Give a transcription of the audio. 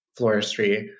floristry